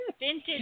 Vintage